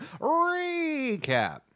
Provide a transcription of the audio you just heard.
Recap